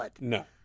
No